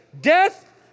Death